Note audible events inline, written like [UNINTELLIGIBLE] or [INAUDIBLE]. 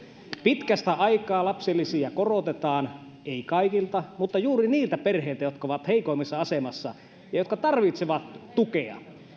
pitkästä aikaa lapsilisiä korotetaan ei kaikilta mutta juuri niiltä perheiltä jotka ovat heikoimmassa asemassa [UNINTELLIGIBLE] ja jotka tarvitsevat tukea